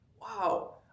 Wow